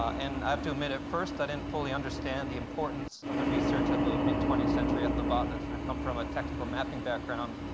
and i have to admit, at first i didn't fully understand the importance of the research of a mid twentieth century ethnobotanist. i come from a technical mapping background,